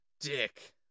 dick